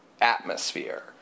atmosphere